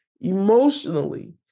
Emotionally